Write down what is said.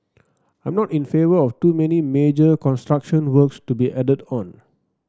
I'm not in favour of too many major construction works to be added on